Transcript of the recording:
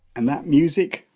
and that music,